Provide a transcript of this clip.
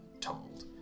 told